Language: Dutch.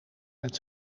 met